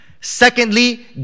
Secondly